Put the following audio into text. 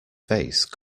face